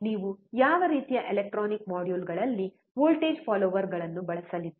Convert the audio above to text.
ನೀವು ಯಾವ ರೀತಿಯ ಎಲೆಕ್ಟ್ರಾನಿಕ್ ಮಾಡ್ಯೂಲ್ಗಳಲ್ಲಿ ವೋಲ್ಟೇಜ್ ಫಾಲ್ಲೋರ್ಗಳನ್ನು ಬಳಸಲಿದ್ದೀರಿ